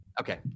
Okay